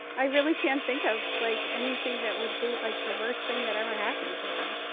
i really can't think of like anything that would be like the worst thing that ever happened to him.